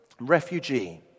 refugee